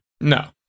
No